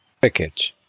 Package